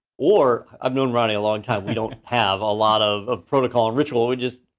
or i've known ronnie a long time we don't have a lot of of protocol and ritual. we just,